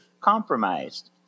compromised